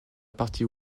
partie